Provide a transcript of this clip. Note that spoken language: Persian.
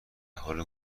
حال